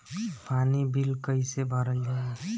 पानी बिल कइसे भरल जाई?